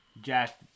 Jack